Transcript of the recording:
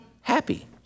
happy